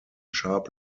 sharp